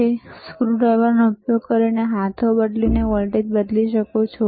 તમે સ્ક્રુડ્રાઈવરનો ઉપયોગ કરીને હાથો બદલીને વોલ્ટેજ બદલી શકો છો